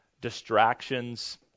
distractions